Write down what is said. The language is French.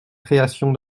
création